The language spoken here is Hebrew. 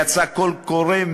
יצא קול קורא,